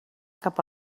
cap